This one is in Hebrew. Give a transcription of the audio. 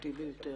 המשמעותי היה